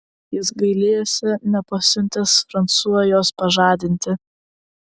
jis gailėjosi nepasiuntęs fransua jos pažadinti